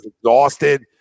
exhausted